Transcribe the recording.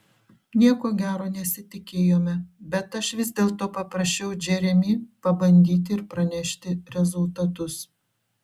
nieko gero nesitikėjome bet aš vis dėlto paprašiau džeremį pabandyti ir pranešti rezultatus